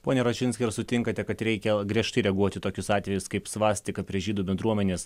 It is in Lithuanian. pone račinskai ar sutinkate kad reikia griežtai reaguoti į tokius atvejus kaip svastika prie žydų bendruomenės